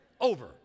Over